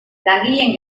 langileen